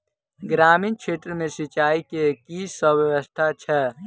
ग्रामीण क्षेत्र मे सिंचाई केँ की सब व्यवस्था छै?